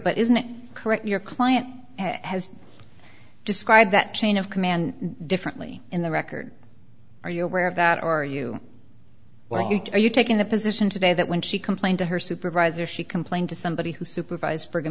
but isn't it correct your client has described that chain of command differently in the record are you aware of that are you were you are you taking the position today that when she complained to her supervisor she complained to somebody who supervised